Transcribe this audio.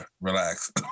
relax